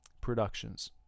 Productions